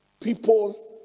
people